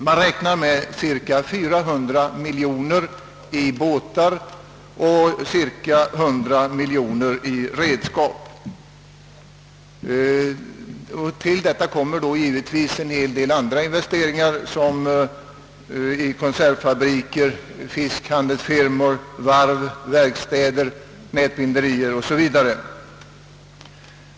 Man räknar med cirka 400 miljoner i båtar och omkring 100 miljoner i redskap. Till detta kommer givetvis en hel del andra investeringar, t.ex. i konservfabriker, fiskhandelsfirmor, varv, verkstäder, nätbinderier m.m.